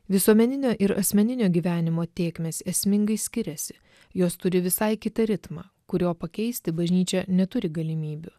visuomeninio ir asmeninio gyvenimo tėkmės esmingai skiriasi jos turi visai kitą ritmą kurio pakeisti bažnyčia neturi galimybių